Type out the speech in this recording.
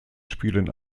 spielen